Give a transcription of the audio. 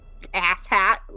asshat